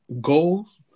goals